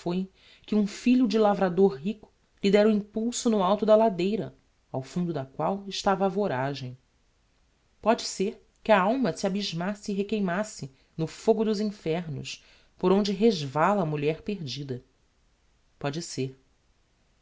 foi que um filho de lavrador rico lhe dera o impulso no alto da ladeira ao fundo da qual estava a voragem póde ser que a alma se abysmasse e requeimasse no fogo dos infernos por onde resvala a mulher perdida póde ser